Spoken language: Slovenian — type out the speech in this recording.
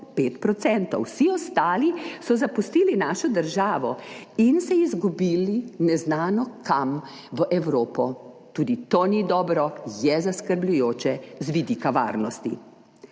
5 %, vsi ostali so zapustili našo državo in se izgubili neznano kam v Evropo. Tudi to ni dobro, je zaskrbljujoče z vidika varnosti.